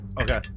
Okay